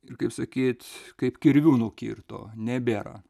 ir kaip sakyt kaip kirviu nukirto nebėra